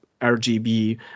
RGB